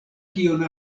kion